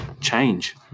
change